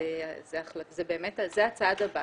זה הצעד הבא